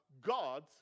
God